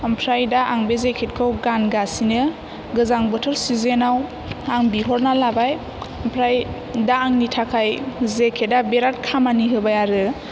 ओमफ्राय दा आं बे जेकेटखौ गानगासिनो गोजां बोथोर सिजेनाव आं बिहरना लाबाय ओमफ्राय दा आंनि थाखाय जेकेदा बिराद खामानि होबाय आरो